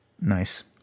Nice